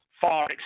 far